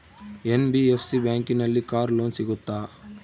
NBFC ಬ್ಯಾಂಕಿನಲ್ಲಿ car loan ಸಿಗುತ್ತಾ?